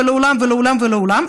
לעולם ולעולם ולעולם.